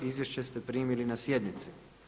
Izvješće ste primili na sjednici.